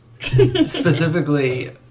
specifically